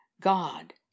God